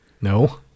No